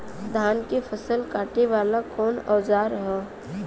धान के फसल कांटे वाला कवन औजार ह?